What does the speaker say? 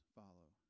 follow